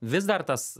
vis dar tas